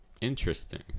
interesting